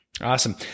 awesome